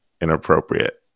inappropriate